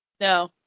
No